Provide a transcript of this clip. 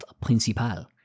principal